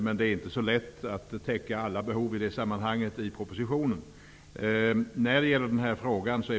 Men det är inte så lätt att i propositionen täcka alla behov i det sammanhanget.